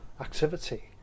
activity